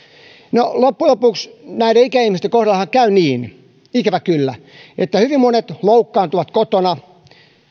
no loppujen lopuksi näiden ikäihmisten kohdallahan käy niin ikävä kyllä että hyvin monet loukkaantuvat kotona